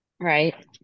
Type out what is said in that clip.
Right